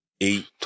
eight